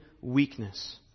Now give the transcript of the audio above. weakness